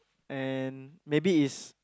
and maybe it's